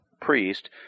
priest